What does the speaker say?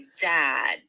dad